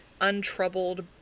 untroubled